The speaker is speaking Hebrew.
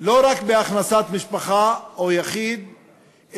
לא רק בהכנסת משפחה או יחיד,